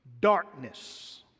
darkness